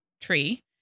tree